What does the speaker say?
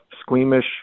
squeamish